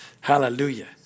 Hallelujah